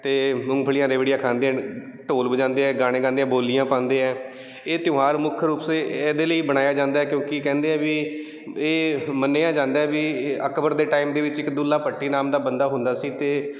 ਅਤੇ ਮੂੰਗਫਲੀਆਂ ਰਿਓੜੀਆਂ ਖਾਂਦੇ ਹਨ ਢੋਲ ਵਜਾਉਂਦੇ ਆ ਗਾਣੇ ਗਾਉਂਦੇ ਆ ਬੋਲੀਆਂ ਪਾਉਂਦੇ ਹੈ ਇਹ ਤਿਉਹਾਰ ਮੁੱਖ ਰੂਪ ਸੇ ਇਹਦੇ ਲਈ ਮਨਾਇਆ ਜਾਂਦਾ ਕਿਉਂਕਿ ਕਹਿੰਦੇ ਆ ਵੀ ਇਹ ਮੰਨਿਆ ਜਾਂਦਾ ਵੀ ਅਕਬਰ ਦੇ ਟਾਈਮ ਦੇ ਵਿੱਚ ਇੱਕ ਦੁੱਲਾ ਭੱਟੀ ਨਾਮ ਦਾ ਬੰਦਾ ਹੁੰਦਾ ਸੀ ਅਤੇ